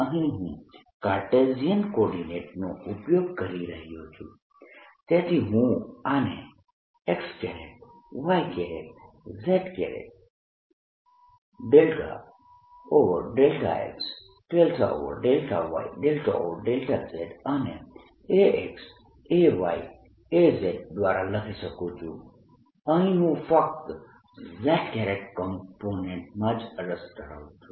અહીં હું Cartesian coordinates નો ઉપયોગ કરી રહ્યો છું તેથી હું આને x y z ∂x∂y∂z અને Ax Ay Azદ્વારા લખી શકું છું અહીં હું ફક્ત z કોમ્પોનેન્ટમાં જ રસ ધરાવું છું